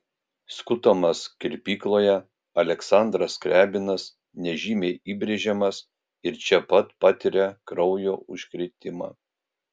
skutamas kirpykloje aleksandras skriabinas nežymiai įbrėžiamas ir čia pat patiria kraujo užkrėtimą